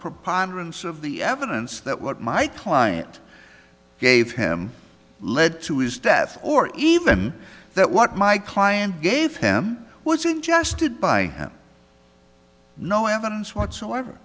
preponderance of the evidence that what my client gave him led to his death or even that what my client gave him was ingested by him no evidence whatsoever